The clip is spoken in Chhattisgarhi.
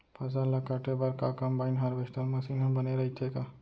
फसल ल काटे बर का कंबाइन हारवेस्टर मशीन ह बने रइथे का?